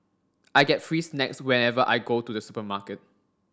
I get free snacks whenever I go to the supermarket